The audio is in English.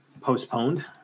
postponed